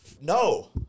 no